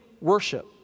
worship